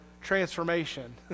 transformation